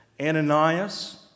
Ananias